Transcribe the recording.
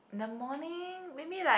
the morning maybe like